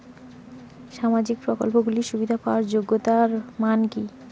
সামাজিক প্রকল্পগুলি সুবিধা পাওয়ার যোগ্যতা মান কি?